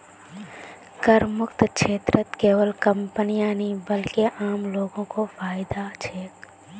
करमुक्त क्षेत्रत केवल कंपनीय नी बल्कि आम लो ग को फायदा छेक